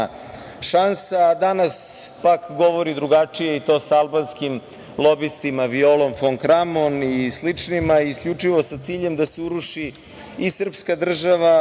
šansa, a danas pak govori drugačije, i to sa albanskim lobistima Violom fon Kramon i sličnima, isključivo sa ciljem da se uruši i srpska država